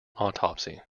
autopsy